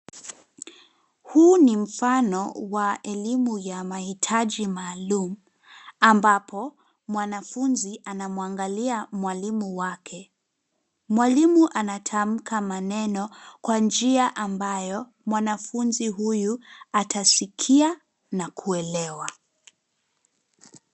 Huu ni mfano wa elimu ya mahitaji maalum ambapo mwanafunzi anamwangalia mwalimu wake. Mwalimu anatamka maneno kwa njia ambayo mwanafunzi huyu atasikia na kuelewa.